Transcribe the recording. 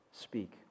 speak